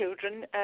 children